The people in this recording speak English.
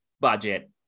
budget